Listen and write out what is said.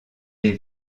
des